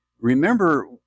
Remember